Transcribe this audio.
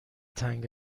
تنگ